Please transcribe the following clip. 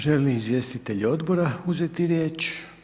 Želi li izvjestitelj odbora uzeti riječ?